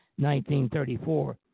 1934